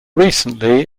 recently